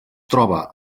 troba